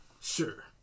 Sure